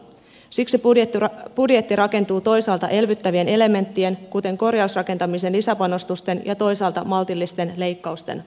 siksi budjetti rakentuu toisaalta elvyttävien elementtien kuten korjausrakentamisen lisäpanostusten ja toisaalta maltillisten leikkausten varaan